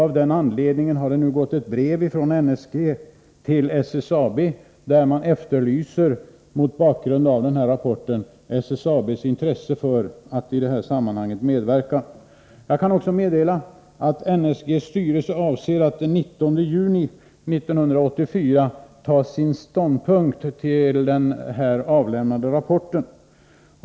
Av denna anledning har det nu gått ett brev från NSG till SSAB, där man mot bakgrund av rapporten efterlyser SSAB:s intresse för att medverka i detta sammanhang. Jag kan också meddela att NSG:s styrelse avser att den 19 juni 1984 ta ställning till den avlämnade rapporten.